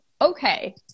okay